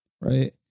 right